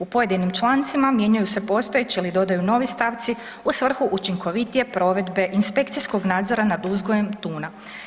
U pojedinim člancima mijenjaju se postojeći ili dodaju novi stavci u svrhu učinkovitije provedbe inspekcijskog nadzora nad uzgojem tuna.